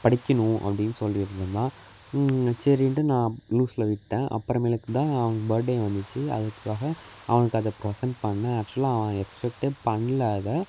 படிக்கணும் அப்படின்னு சொல்லிட்டு இருந்தான் சரின்ட்டு நான் லூஸ்ல விட்டேன் அப்புறமேலுக்கு தான் அவன் பேர்த்டே வந்துச்சு அதுக்காக அவனுக்கு அதை ப்ரசென்ட் பண்ணேன் ஆக்ஷுவலாக அவன் எக்ஸ்பெக்ட்டே பண்ணல அதை